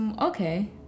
okay